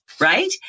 right